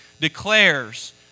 declares